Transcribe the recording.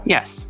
Yes